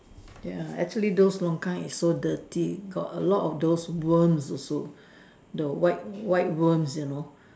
ya actually those longkang is so dirty got a lot of those worm also the white white worm you know